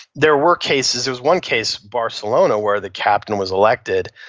there were cases, there's one case, barcelona, where the captain was elected.